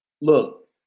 Look